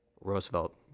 Roosevelt